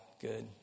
good